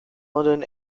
london